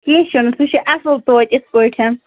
کیٚنٛہہ چھُنہٕ سُہ چھُ اَصٕل توتہِ یِتھٕ پٲٹھۍ